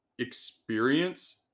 experience